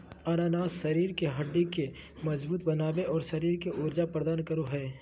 अनानास शरीर के हड्डि के मजबूत बनाबे, और शरीर के ऊर्जा प्रदान करो हइ